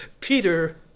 Peter